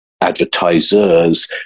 advertisers